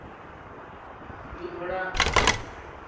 ᱢᱤᱫ ᱦᱚᱲᱟᱜ